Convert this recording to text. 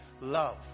Love